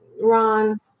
Ron